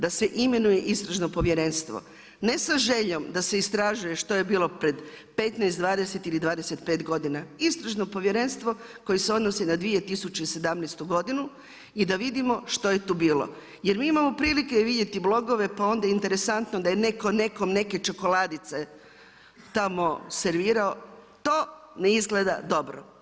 Da se imenuje Istražno povjerenstvo, ne sa željom da se istražuje što je bilo pred 15, 20 ili 25 godina, Istražno povjerenstvo koje se odnosi na 2017. godinu i da vidimo što je tu bilo jer mi imamo prilike vidjeti blogove pa je onda interesantno da je netko nekom neke čokoladice tamo servirao, to ne izgleda dobro.